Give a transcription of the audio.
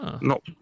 no